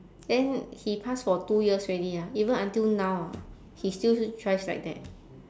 then he pass for two years already ah even until now ah he still drives like that